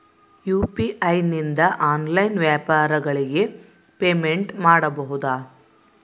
UPI ನಿಂದ online ವ್ಯಾಪಾರಗಳಿಗೆ payment ಮಾಡಬಹುದಾ?